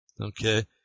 okay